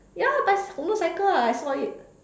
ya bi~ motorcycle ah I saw it